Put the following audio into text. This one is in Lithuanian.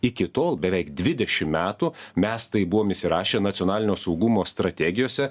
iki tol beveik dvidešim metų mes tai buvom įsirašę nacionalinio saugumo strategijose